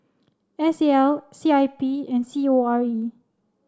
S A L C I P and C O R E